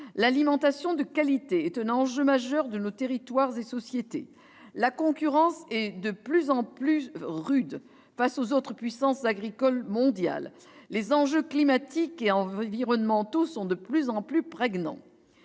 L'alimentation de qualité est un enjeu majeur de nos territoires et sociétés. La concurrence est de plus en plus rude face aux autres puissances agricoles mondiales, les enjeux climatiques et environnementaux sont de plus en plus prégnants.